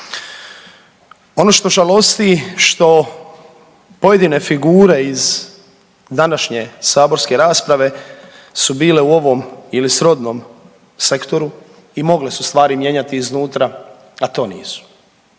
Ono što žalosti što pojedine figure iz današnje saborske rasprave su bile u ovom ili srodnom sektoru i mogle su stvari mijenjati iznutra, a to nisu.